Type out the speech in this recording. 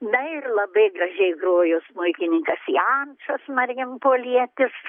na ir labai gražiai grojo smuikininkas jamsas marijampolietis